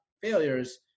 failures